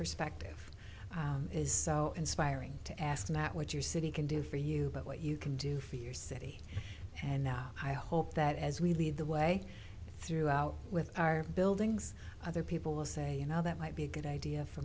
perspective is so inspiring to ask not what your city can do for you but what you can do for your city and i hope that as we lead the way throughout with our buildings other people will say you know that might be a good idea for